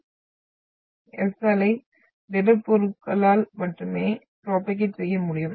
S அலை திடப்பொருட்களால் மட்டுமே ப்ரோபோகேட் செய்ய முடியும்